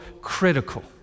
critical